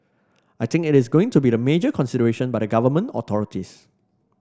I think it is going to be the major consideration by the Government authorities